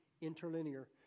interlinear